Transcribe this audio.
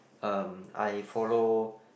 um I follow